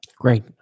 Great